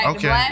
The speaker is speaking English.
Okay